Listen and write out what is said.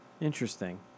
Interesting